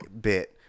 bit